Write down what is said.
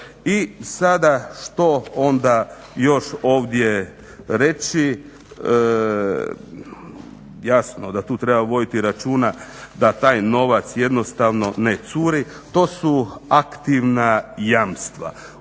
I sada što onda još ovdje reći? Jasno da tu treba voditi računa da taj novac jednostavno ne curi, to su aktivna jamstva